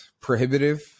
prohibitive